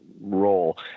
role